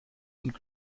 und